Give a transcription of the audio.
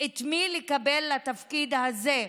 את מי לקבל לתפקיד הזה,